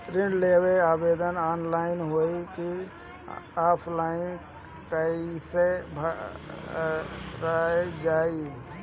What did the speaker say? ऋण लेवेला आवेदन ऑनलाइन होई की ऑफलाइन कइसे भरल जाई?